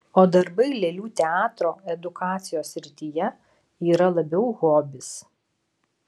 o darbai lėlių teatro edukacijos srityje yra labiau hobis